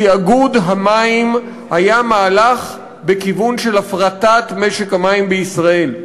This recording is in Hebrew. תאגוד המים היה מהלך בכיוון של הפרטת משק המים בישראל.